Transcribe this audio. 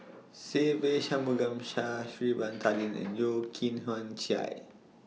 Se Ve Shanmugam Sha'Ari Bin Tadin and Yeo Kian Chye